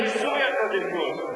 תנסי לעשות סדר בסוריה קודם כול.